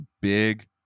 big